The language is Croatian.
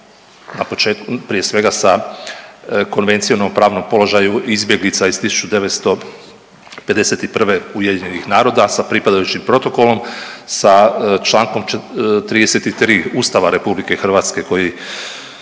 prije svega sa Konvencijom o pravnom položaju izbjeglica iz 1951. UN-a sa pripadajućim protokolom, sa Člankom 33. Ustava RH koji